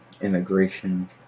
immigration